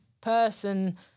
person